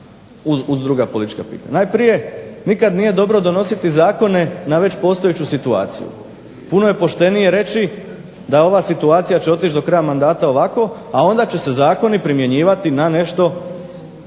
uz druga politička pitanja. Najprije, nikad nije dobro donositi zakone na već postojeću situaciju. Puno je poštenije reći da ova situacija će otići do kraja mandata ovako, a onda će se zakoni primjenjivati na nešto